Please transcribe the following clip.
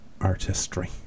artistry